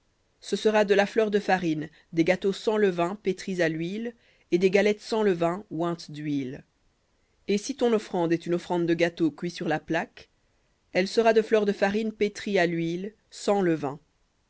ce sera de la fleur de farine des gâteaux sans levain pétris à l'huile et des galettes sans levain ointes dhuile et si ton offrande est une offrande de gâteau cuit sur la plaque elle sera de fleur de farine pétrie à l'huile sans levain